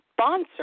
sponsor